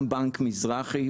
גם בנק מזרחי,